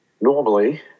Normally